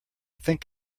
think